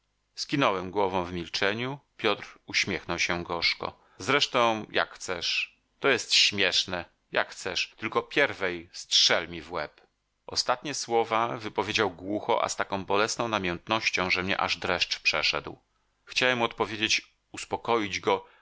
skinąłem głową w milczeniu piotr uśmiechnął się gorzko zresztą jak chcesz to jest śmieszne jak chcesz tylko pierwej strzel mi w łeb ostatnie słowa wypowiedział głucho a z taką bolesną namiętnością że mnie aż dreszcz przeszedł chciałem mu odpowiedzieć uspokoić go